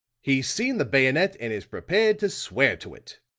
he's seen the bayonet and is prepared to swear to it,